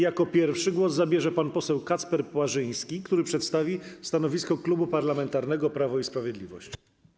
Jako pierwszy głos zabierze pan poseł Kacper Płażyński, który przedstawi stanowisko Klubu Parlamentarnego Prawo i Sprawiedliwość.